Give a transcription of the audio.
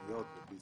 התחשבנויות ובלי